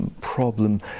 Problem